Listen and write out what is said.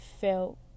felt